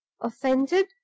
Offended